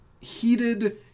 heated